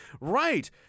Right